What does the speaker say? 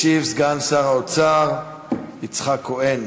ישיב סגן שר האוצר יצחק כהן.